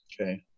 okay